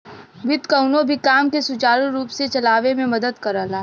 वित्त कउनो भी काम के सुचारू रूप से चलावे में मदद करला